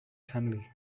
family